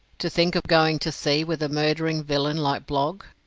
to think of going to sea with a murdering villain like blogg?